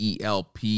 ELP